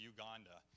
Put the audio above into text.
Uganda